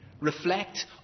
Reflect